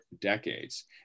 decades